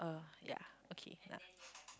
uh yeah okay nah